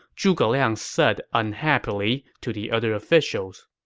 zhuge liang said unhappily to the other officials,